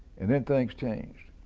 and then things changed.